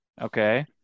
okay